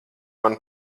man